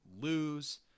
Lose